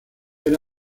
era